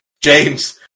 James